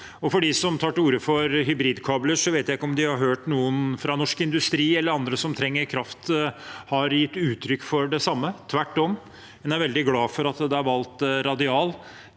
til dem som tar til orde for hybridkabler: Jeg vet ikke om de har hørt noe fra norsk industri eller andre som trenger kraft, og om de har gitt uttrykk for det samme. Tvert om, en er veldig glad for at det er valgt radial